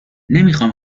نمیخام